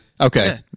Okay